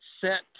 Set